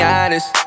honest